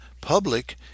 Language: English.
public